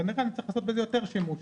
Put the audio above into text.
כנראה נצטרך לעשות בזה יותר שימוש.